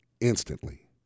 instantly